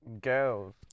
Girls